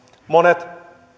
monet